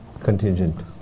contingent